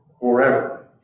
forever